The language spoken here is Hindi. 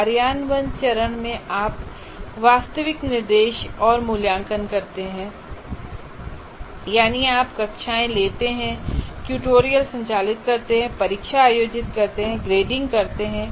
कार्यान्वयन चरण में आप वास्तविक निर्देश और मूल्यांकन करते हैं यानी आप कक्षाएं लेते हैं ट्यूटोरियल संचालित करते हैं परीक्षा आयोजित करते हैंतथा ग्रेडिंग करते हैं